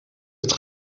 dat